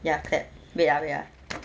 ya clap wait ah wait ah